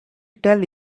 tell